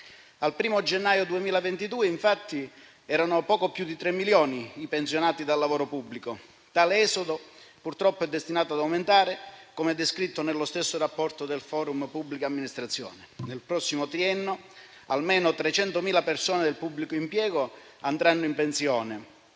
Al 1° gennaio 2022, infatti, erano poco più di 3 milioni i pensionati dal lavoro pubblico. Tale esodo è destinato, purtroppo, ad aumentare, come descritto nello stesso rapporto del ForumPA. Nel prossimo triennio almeno 300.000 persone del pubblico impiego andranno in pensione,